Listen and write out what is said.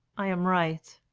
i am right.